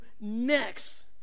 next